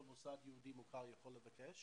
כל מוסד יהודי מוכר יכול לבקש